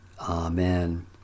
Amen